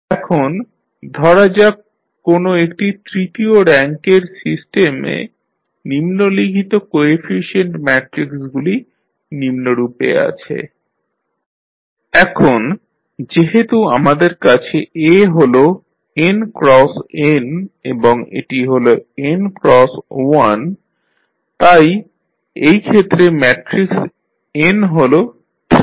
এখন ধরা যাক কোন একটি তৃতীয় র্যাঙ্ক এর সিস্টেমে নিম্নলিখিত কোএফিশিয়েন্ট ম্যাট্রিক্সগুলি নিম্নরূপে আছে A1 2 1 0 1 0 1 4 3 B0 0 1 এখন যেহেতু আমাদের কাছে A হল n x n এবং এটি হল n ক্রস 1 তাই এই ক্ষেত্রে ম্যাট্রিক্স n হল 3